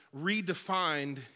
redefined